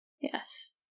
Yes